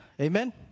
Amen